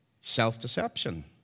Self-deception